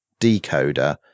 decoder